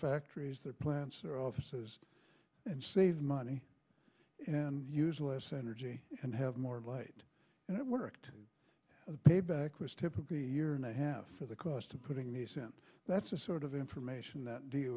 factories their plants their offices and save money and use less energy and have more light and it worked payback was typically a year and a half for the cost of putting the cent that's the sort of information that